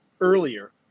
earlier